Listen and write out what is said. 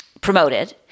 promoted